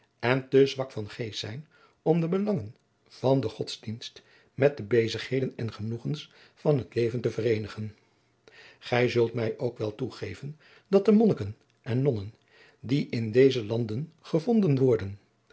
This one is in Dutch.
en te zwak van geest zijn om de belangen van den godsdienst met de bezigheden en genoegens van het leven te vereenigen gij zult mij ook wel toegeven dat de monnikken en nonnen die in deze landen gevonden worden